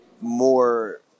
more